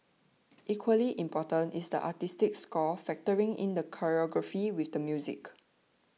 equally important is the artistic score factoring in the choreography with the music